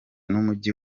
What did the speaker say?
n’umujyi